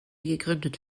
gegründet